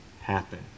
happen